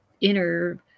inner